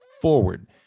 forward